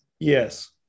Yes